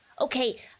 Okay